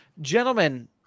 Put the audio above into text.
Gentlemen